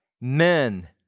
men